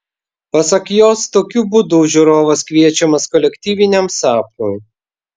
pasak jos tokiu būdu žiūrovas kviečiamas kolektyviniam sapnui